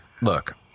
Look